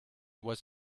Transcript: was